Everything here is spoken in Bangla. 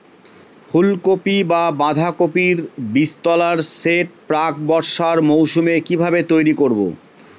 ফুলকপি বা বাঁধাকপির বীজতলার সেট প্রাক বর্ষার মৌসুমে কিভাবে তৈরি করব?